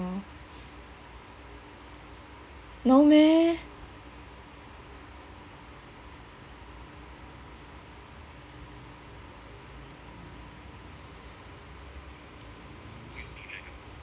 no meh